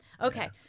Okay